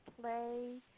play